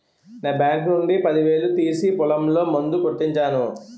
నా బాంకు నుండి పదివేలు తీసి పొలంలో మందు కొట్టించాను